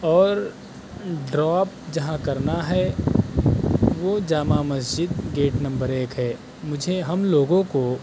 اور ڈراپ جہاں کرنا ہے وہ جامع مسجد گیٹ نمبر ایک ہے مجھے ہم لوگوں کو